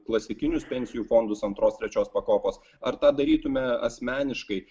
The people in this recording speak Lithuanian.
klasikinius pensijų fondus antros trečios pakopos ar tą darytume asmeniškai